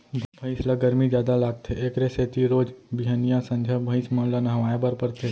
भइंस ल गरमी जादा लागथे एकरे सेती रोज बिहनियॉं, संझा भइंस मन ल नहवाए बर परथे